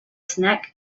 snack